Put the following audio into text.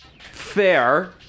fair